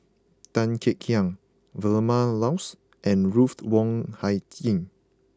Tan Kek Hiang Vilma Laus and Ruthed Wong Hie King